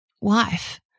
wife